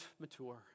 mature